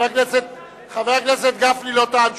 חבר הכנסת גפני, הוא אדם דתי בדיוק כמוך, נכון.